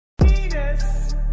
Penis